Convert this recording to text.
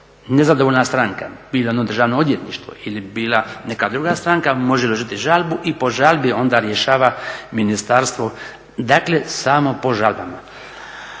Nezadovoljna stranka, bila ona državno odvjetništvo ili bila neka druga stranka, može uložiti žalbu i po žalbi onda rješava ministarstvo, dakle samo po žalbama.